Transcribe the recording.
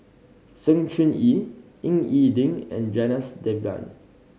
Sng Choon Yee Ying E Ding and Janadas Devan